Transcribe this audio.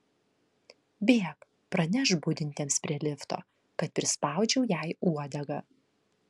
bėk pranešk budintiems prie lifto kad prispaudžiau jai uodegą